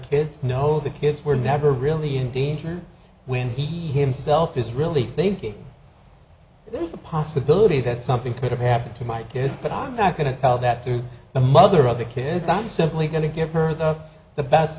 kids know the kids were never really in danger when he himself is really thinking there is a possibility that something could have happened to my kids but i'm not going to tell that to the mother of the kids i'm simply going to give her the the best